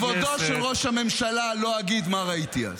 מכבודו של ראש הממשלה לא אגיד מה ראיתי אז.